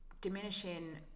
diminishing